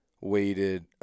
weighted